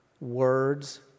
words